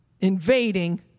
invading